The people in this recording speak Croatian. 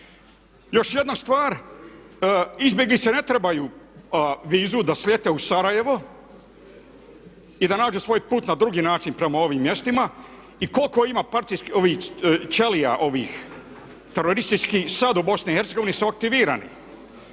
Još jedna stvar, izbjeglice ne trebaju vizu da slete u Sarajevo i da nađe svoj put na drugi način prema ovim mjestima i koliko ima ćelija ovih terorističkih sad u BiH su aktivirani.